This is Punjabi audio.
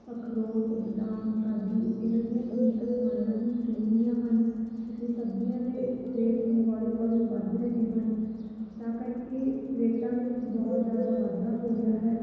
ਅਖਰੋਟ ਬਦਾਮ ਕਾਜੂ ਇਹਨਾਂ ਦੀਆਂ ਕੀਮਤਾਂ ਆਸਮਾਨਾਂ ਨੂੰ ਛੂਹ ਰਹੀਆਂ ਹਨ ਅਤੇ ਸਬਜ਼ੀਆਂ ਦੇ ਰੇਟ ਵੀ ਹੌਲੀ ਹੌਲੀ ਵੱਧ ਰਹੇ ਹਨ ਤਾਂ ਕਰਕੇ ਰੇਟਾਂ ਦੇ ਵਿੱਚ ਬਹੁਤ ਜ਼ਿਆਦਾ ਵਾਧਾ ਹੋ ਰਿਹਾ ਹੈ